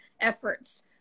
efforts